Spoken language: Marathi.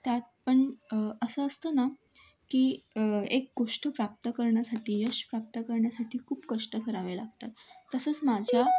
त्यात पण असं असतं ना की एक गोष्ट प्राप्त करण्यासाठी यश प्राप्त करण्यासाठी खूप कष्ट करावे लागतात तसंच माझ्या